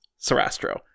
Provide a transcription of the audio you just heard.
Sarastro